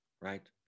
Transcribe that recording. Right